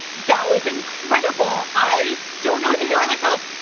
that was incredible, i don't know what to do with myself.